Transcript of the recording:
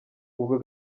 ubwo